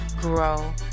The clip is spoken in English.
grow